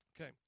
Okay